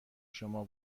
شما